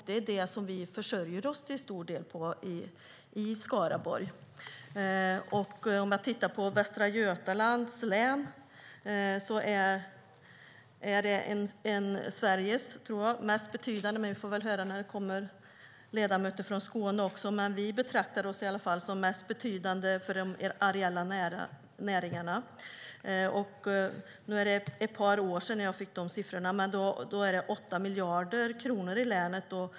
Det är den som vi till stor del försörjer oss på i Skaraborg. Vi i Västra Götalands län betraktar det som Sveriges mest betydande region - vi får väl höra vad ledamöterna från Skåne säger - för de areella näringarna. Det var ett par år sedan jag fick siffrorna, men dessa näringar omsätter 8 miljarder kronor i länet.